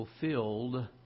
fulfilled